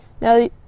Now